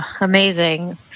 amazing